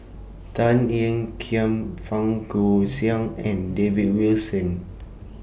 Tan Ean Kiam Fang Goxiang and David Wilson